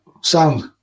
Sound